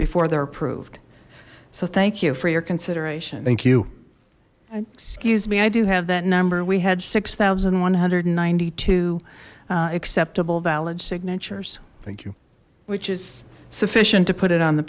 before they're approved so thank you for your consideration thank you excuse me i do have that number we had six thousand one hundred and ninety two acceptable valid signatures thank you which is sufficient to put it on the